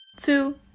Two